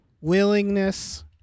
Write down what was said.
Willingness